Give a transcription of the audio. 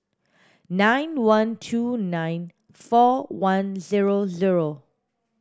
nine one two nine four one zero zero